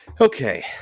Okay